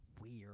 weird